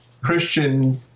Christian